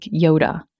Yoda